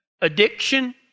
addiction